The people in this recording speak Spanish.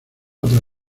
otra